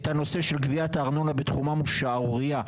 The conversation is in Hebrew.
הנושא של גביית הארנונה בתחומם הוא שערורייה,